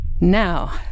Now